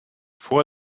vor